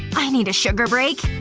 i need a sugar break.